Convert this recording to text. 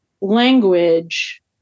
language